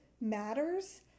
matters